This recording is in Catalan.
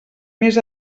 més